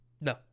No